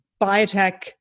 biotech